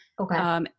Okay